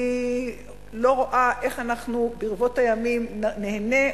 אני לא רואה איך אנחנו ברבות הימים ניהנה.